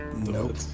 Nope